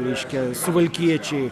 reiškia suvalkiečiai